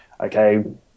okay